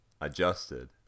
adjusted